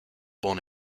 born